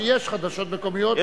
שיש חדשות מקומיות.